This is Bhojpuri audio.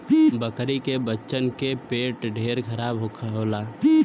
बकरी के बच्चन के पेट ढेर खराब होला